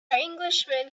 englishman